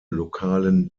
lokalen